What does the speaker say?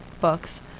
books